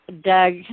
Doug